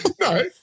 No